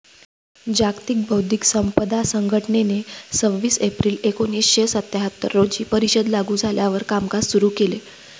जागतिक बौद्धिक संपदा संघटनेने सव्वीस एप्रिल एकोणीसशे सत्याहत्तर रोजी परिषद लागू झाल्यावर कामकाज सुरू केले